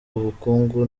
ubukungu